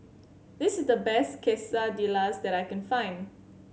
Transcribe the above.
this is the best Quesadillas that I can find